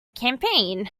campaign